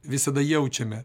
visada jaučiame